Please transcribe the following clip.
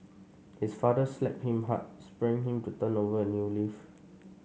his father slapped him hard spurring him to turn over a new leaf